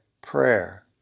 prayer